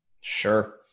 Sure